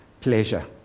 pleasure